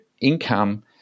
income